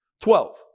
Twelve